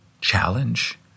challenge